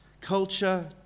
Culture